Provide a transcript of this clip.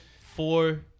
four